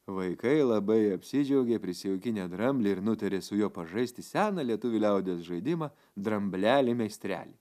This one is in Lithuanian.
vaikai labai apsidžiaugė prisijaukinę dramblį ir nutarė su juo pažaisti seną lietuvių liaudies žaidimą drambleli meistreli